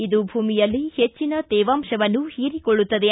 ಇದು ಭೂಮಿಯಲ್ಲಿ ಹೆಚ್ಚನ ತೇವಾಂಶವನ್ನು ಹೀರಿಕೊಳ್ಳುತ್ತದೆ